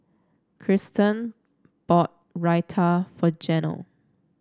Kristen bought Raita for Janel